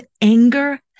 anger